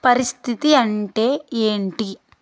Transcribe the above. పరిస్థితి అంటే ఏంటి